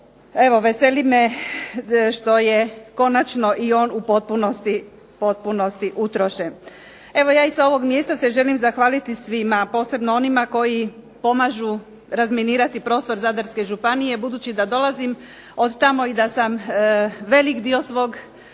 evo veseli me što je končano i on u potpunosti utrošen. Evo ja i sa ovog mjesta se želim zahvaliti svima, posebno onima koji pomažu razminirati prostor Zadarske županije, budući da dolazim od tamo i da sam velik dio svog